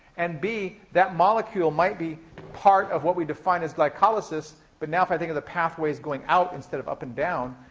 and b, that molecule may be part of what we define as glycolysis, but now if i think of the pathways going out instead of up and down,